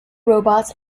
robots